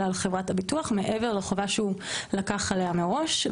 על חברת הביטוח מעבר לחובה שהוא לקח עליה מראש.